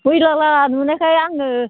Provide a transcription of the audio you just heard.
दैलाला नुनायखाय आङो